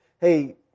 Hey